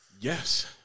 Yes